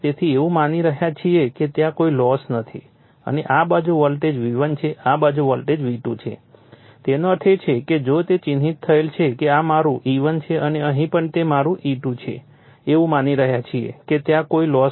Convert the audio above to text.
તેથી એવું માની રહ્યા છીએ કે ત્યાં કોઈ લોસ નથી અને આ બાજુ વોલ્ટેજ V1 છે આ બાજુ વોલ્ટેજ V2 છે તેનો અર્થ એ છે કે જો તે ચિહ્નિત થયેલ છે કે આ મારું E1 છે અને અહીં પણ તે મારું E2 છે એવું માની રહ્યા છીએ કે ત્યાં કોઈ લોસ નથી